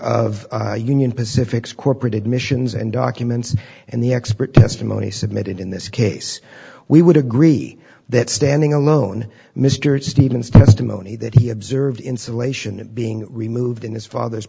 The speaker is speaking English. of union pacific score pretty admissions and documents and the expert testimony submitted in this case we would agree that standing alone mr stevens testimony that he observed insulation being removed in his father's